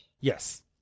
Yes